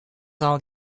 all